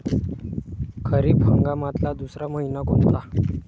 खरीप हंगामातला दुसरा मइना कोनता?